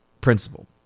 principle